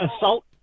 assault